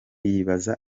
yibaza